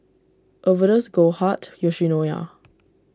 Overdose Goldheart Yoshinoya